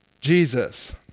Jesus